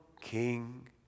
King